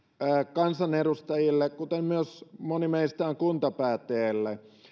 kansanedustajille moni meistä on myös kuntapäättäjä